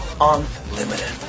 unlimited